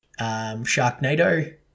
Sharknado